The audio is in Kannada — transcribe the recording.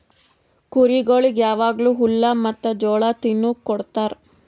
ಕುರಿಗೊಳಿಗ್ ಯಾವಾಗ್ಲೂ ಹುಲ್ಲ ಮತ್ತ್ ಜೋಳ ತಿನುಕ್ ಕೊಡ್ತಾರ